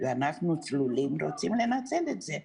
ואנחנו צלולים אנחנו רוצים לנצל את זה.